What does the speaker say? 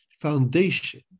foundation